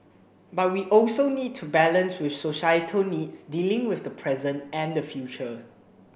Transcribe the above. but we also need to balance with societal needs dealing with the present and the future